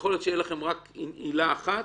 יכול להיות שתהיה לכם רק עילה אחת,